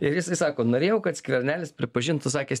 ir jisai sako norėjau kad skvernelis pripažintų sakęs